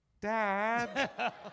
Dad